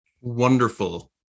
wonderful